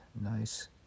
nice